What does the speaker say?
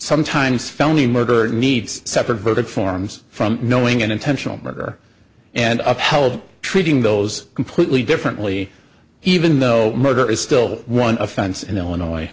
sometimes felony murder needs separate verdict forms from knowing an intentional murder and i've held treating those completely differently even though murder is still one offense in illinois